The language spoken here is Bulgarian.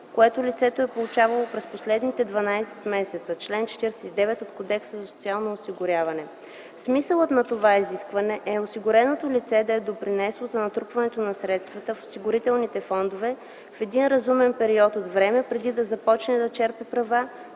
което лицето е получавало през последните 12 месеца – чл. 49 от Кодекса за социално осигуряване. Смисълът на това изискване е осигуреното лице да е допринесло за натрупването на средства в осигурителните фондове в един разумен период от време, преди да започне да черпи права,